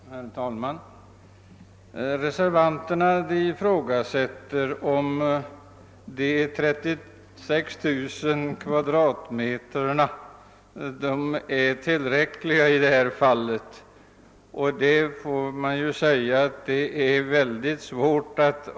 Herr. talman! Reservanterna ifråga sätter om en ytram av 36 000 kvm är tillräcklig för de icke-laborativa institutionerna vid Stockholms universitet.